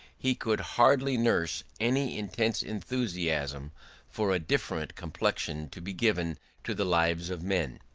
he could hardly nurse any intense enthusiasm for a different complexion to be given to the lives of men.